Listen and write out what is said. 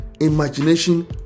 imagination